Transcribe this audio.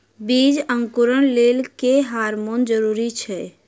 बीज अंकुरण लेल केँ हार्मोन जरूरी छै?